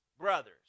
brothers